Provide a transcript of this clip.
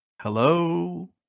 Hello